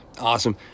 Awesome